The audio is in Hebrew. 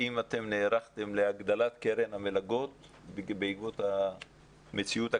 האם אתם נערכתם להגדלת קרן המלגות בעקבות המציאות הקשה?